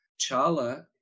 Chala